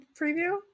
preview